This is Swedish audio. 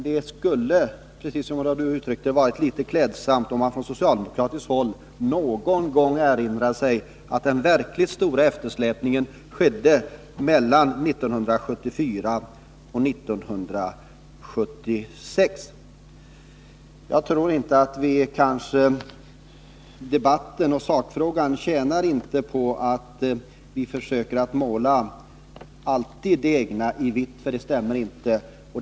Det skulle dock, som någon uttryckt det, vara litet klädsamt om man på socialdemokratiskt håll någon gång erinrade sig att den verkligt stora eftersläpningen skedde mellan 1974 och 1976. Jag tror inte att debatten och sakfrågan gagnas av att vi genomgående försöker att måla det egna i vitt. Det stämmer inte alltid.